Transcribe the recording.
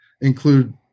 include